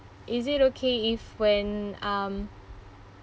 is it okay if when um